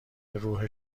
روح